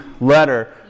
letter